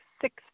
six